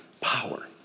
power